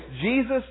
Jesus